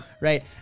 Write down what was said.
right